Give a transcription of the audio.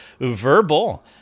verbal